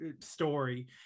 story